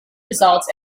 results